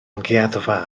amgueddfa